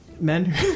men